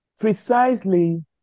precisely